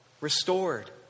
restored